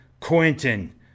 Quentin